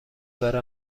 برای